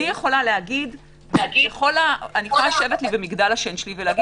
אני יכולה לשבת במגדל השן ולומר: